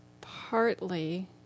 partly